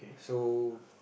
so